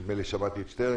נדמה לי ששמעתי את שטרן.